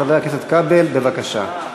חבר הכנסת כבל, בבקשה.